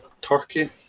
Turkey